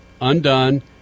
undone